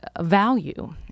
value